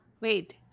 Wait